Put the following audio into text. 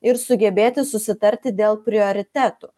ir sugebėti susitarti dėl prioritetų